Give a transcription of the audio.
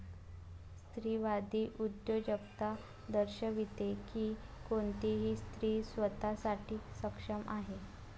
स्त्रीवादी उद्योजकता दर्शविते की कोणतीही स्त्री स्वतः साठी सक्षम आहे